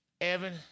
Evan